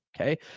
Okay